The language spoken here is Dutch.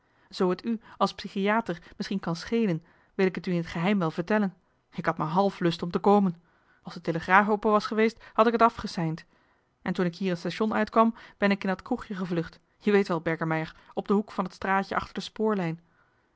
zoo het u als psychiater misschien kan schelen wil ik het u in geheim wel vertellen ik had maar half lust om te komen als de telegraaf open was geweest had ik het afgeseind en toen ik hier het station uitkwam ben ik in dat kroegje gevlucht je weet wel berkemeier op de hoek van het straatje achter de spoorlijn